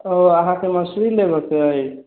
ओ अहाँकेँ मछली लेबऽके अछि